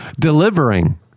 Delivering